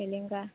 एलेंगा